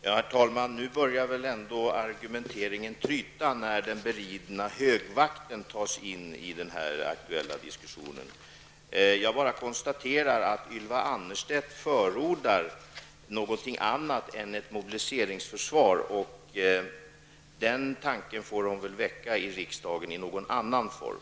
Herr talman! Nu börjar väl ändå argumenteringen tryta, när den beridna högvakten tas med i den aktuella diskussionen. Jag bara konstaterar att Ylva Annerstedt förordar någonting annat än ett mobiliseringsförsvar. Den tanken får hon väl ta upp i riksdagen i annan form.